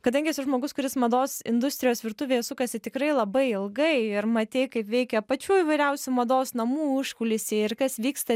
kadangi esi žmogus kuris mados industrijos virtuvėje sukasi tikrai labai ilgai ir matei kaip veikia pačių įvairiausių mados namų užkulisiai ir kas vyksta